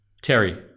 Terry